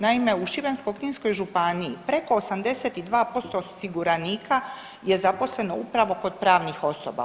Naime, u Šibensko-kninskoj županiji preko 82% osiguranika je zaposleno upravo kod pravnih osoba.